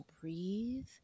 breathe